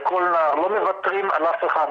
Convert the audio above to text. לא מוותרים על אף אחד.